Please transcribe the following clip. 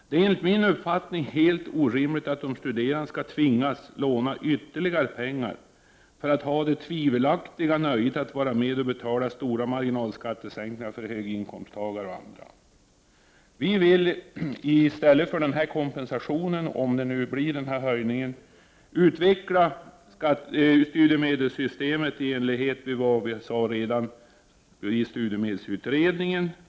Det är enligt min uppfattning orimligt att de studerande skall tvingas låna ytterligare pengar för att ha det tvivelaktiga nöjet att vara med och betala stora marginalskattesänkningar för höginkomsttagare och andra. Om det blir en höjning, vill vi i stället för den här kompensationen utveckla studiemedelssystemet i enlighet med vad vi sade redan i studiemedelsutredningen.